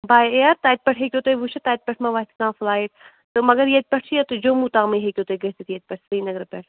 باے ایٖیر تَتہِ پیٚٹھ ہیٚکِو تُہۍ وُچھِتھ تَتہِ پیٚٹھ ما وَتھِ کانٛہہ فٕلایِٹ تہٕ مگر ییٚتہِ پیٚٹھ چھُ یوٚتُے جموں تامٕے ہیٚکِو تُہۍ گٔژھِتھ ییٚتہِ پیٚٹھ سِریٖنَگر پیٚٹھ